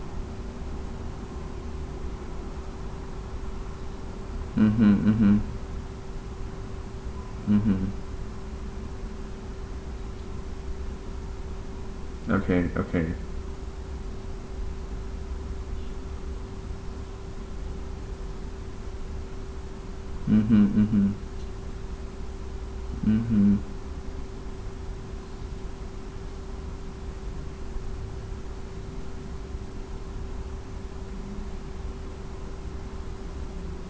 mmhmm mmhmm mmhmm okay okay mmhmm mmhmm mmhmm